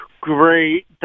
great